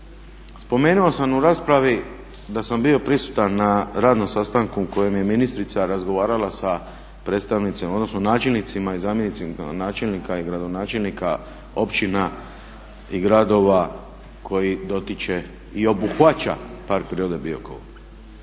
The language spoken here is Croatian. spomenuo sam u raspravi da sam bio prisutan na radnom sastanku na kojem je ministrica razgovarala sa predstavnicima odnosno načelnicima i zamjenicima načelnika i gradonačelnika općina i gradova koji dotiče i obuhvaća Park prirode Biokovo,